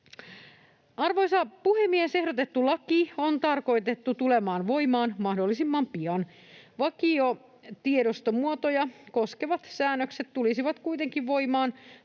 Arvoisa puhemies! Ehdotettu laki on tarkoitettu tulemaan voimaan mahdollisimman pian. Vakiotiedostomuotoja koskevat säännökset tulisivat kuitenkin voimaan